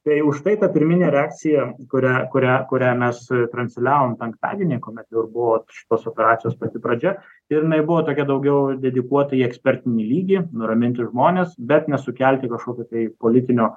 tai užtai ta pirminė reakcija kurią kurią kurią mes transliavom penktadienį kuomet jau ir buvo šitos operacijos pati pradžia ir jinai buvo tokia daugiau dedikuota į ekspertinį lygį nuraminti žmones bet nesukelti kažkokio tai politinio